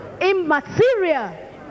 immaterial